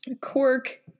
Cork